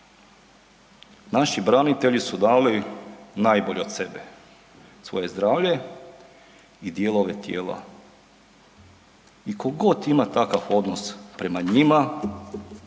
Naši branitelji su dali najbolje od sebe, svoje zdravlje i dijelove tijela i ko god ima takav odnos prema njima